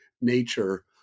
nature